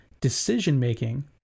decision-making